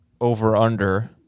over-under